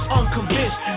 unconvinced